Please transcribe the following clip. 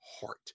heart